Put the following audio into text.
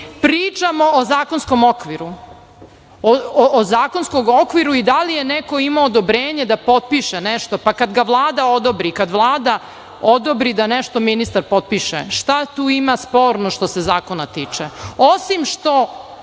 naroda. Pričamo o zakonskom okviru i da li je neko imao odobrenje da potpiše nešto, pa kad ga Vlada odobri i kada Vlada odobri da nešto ministar potpiše, šta tu ima sporno što se zakona tiče, osim što